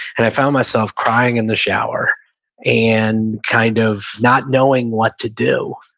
and i found myself crying in the shower and kind of not knowing what to do.